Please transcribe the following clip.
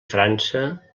frança